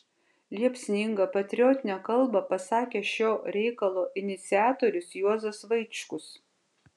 liepsningą patriotinę kalbą pasakė šio reikalo iniciatorius juozas vaičkus